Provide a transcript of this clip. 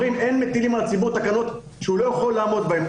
אומרים שאין מטילים על הציבור תקנות שהוא לא יכול לעמוד בהן,